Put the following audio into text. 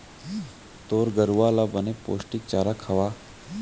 तोर गरूवा ल बने पोस्टिक चारा खवा